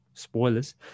spoilers